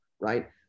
right